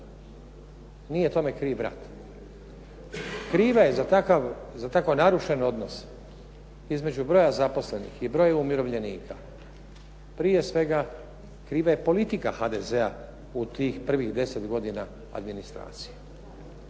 Nije tome kriv rat. Kriva je za takav narušen odnos između broja zaposlenih i broja umirovljenika, prije svega kriva je politika HDZ-a u tih prvih deset godina administracije.